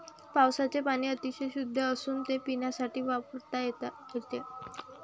पावसाचे पाणी अतिशय शुद्ध असून ते पिण्यासाठी वापरता येते